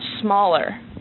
smaller